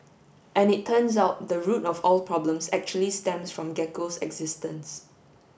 and it turns out the root of all problems actually stems from Gecko's existence